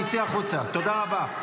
תצאי החוצה, תודה רבה.